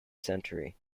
century